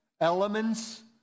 elements